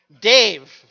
Dave